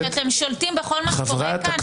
שאתם שולטים בכל מה שקורה כאן?